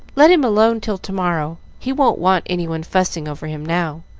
let him alone till to-morrow. he won't want any one fussing over him now.